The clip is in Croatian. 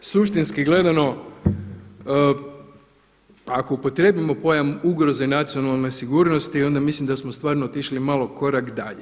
Suštinski gledamo ako upotrijebimo pojam ugroze nacionalne sigurnosti onda mislim da smo stvarno otišli malo korak dalje.